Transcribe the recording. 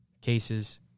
cases